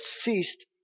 ceased